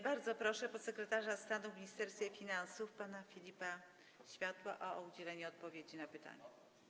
Bardzo proszę podsekretarza stanu w Ministerstwie Finansów pana Filipa Światła o udzielenie odpowiedzi na pytanie.